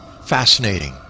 Fascinating